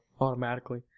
automatically